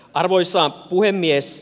arvoisa puhemies